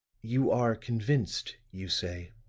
you are convinced, you say?